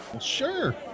Sure